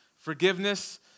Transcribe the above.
Forgiveness